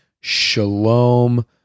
shalom